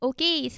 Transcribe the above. Okay